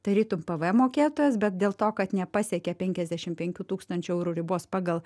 tarytum pvm mokėtojas bet dėl to kad nepasiekė penkiasdešim penkių tūkstančių eurų ribos pagal